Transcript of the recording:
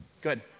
Good